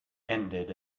ended